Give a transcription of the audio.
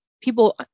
people